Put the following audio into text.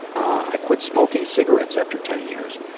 i quit smoking cigarettes after ten years.